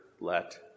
let